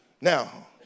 Now